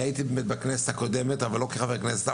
אני הייתי בכנסת הקודמת אבל לא כחבר כנסת,